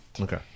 Okay